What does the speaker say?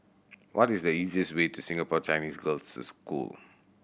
what is the easiest way to Singapore Chinese Girls' School